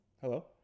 Hello